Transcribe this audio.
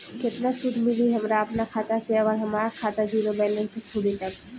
केतना सूद मिली हमरा अपना खाता से अगर हमार खाता ज़ीरो बैलेंस से खुली तब?